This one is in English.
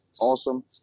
awesome